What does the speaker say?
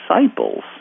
disciples